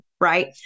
right